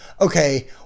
okay